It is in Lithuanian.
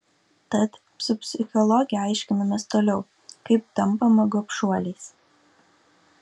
tad su psichologe aiškinamės toliau kaip tampama gobšuoliais